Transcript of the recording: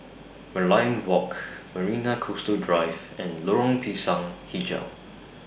Merlion Walk Marina Coastal Drive and Lorong Pisang Hijau